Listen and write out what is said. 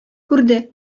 күрде